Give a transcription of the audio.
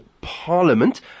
Parliament